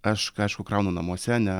aš aišku kraunu namuose ne